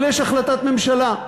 אבל יש החלטת ממשלה,